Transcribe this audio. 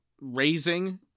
raising